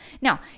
Now